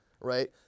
right